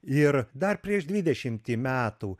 ir dar prieš dvidešimtį metų